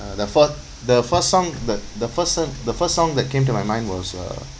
uh the fi~ the first song the the first so~ the first song that came to my mind was uh